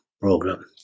program